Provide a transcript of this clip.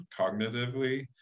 cognitively